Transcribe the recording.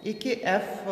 iki f